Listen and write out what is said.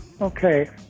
Okay